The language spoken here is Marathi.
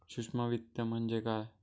सूक्ष्म वित्त म्हणजे काय?